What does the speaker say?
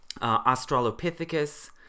Australopithecus